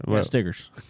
stickers